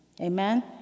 Amen